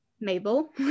Mabel